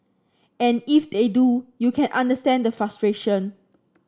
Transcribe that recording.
and if they do you can understand the frustration